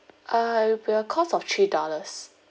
uh it will be a cost of three dollars